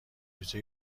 روزه